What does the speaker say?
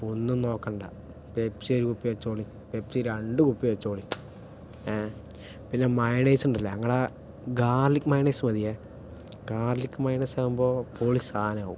ഒന്നും നോക്കണ്ട പെപ്സി ഒരു കുപ്പി വെച്ചോളി പെപ്സി രണ്ട് കുപ്പി വച്ചോളി പിന്നെ മയണൈസിണ്ടല്ലോ ഇങ്ങളെ ഗാർലിക് മയണൈസ് മതിയേ ഗാർലിക് മയണൈസ് ആകുമ്പോൾ പൊളി സാധനമാവും